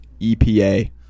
EPA